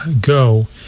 Go